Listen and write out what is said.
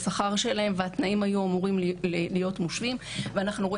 השכר שלהן והתנאים היו אמורים להיות מושווים ואנחנו רואים